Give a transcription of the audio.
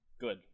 Good